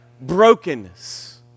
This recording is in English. brokenness